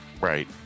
Right